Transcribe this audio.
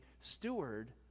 steward